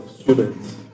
students